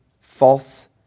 false